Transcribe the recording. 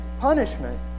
punishment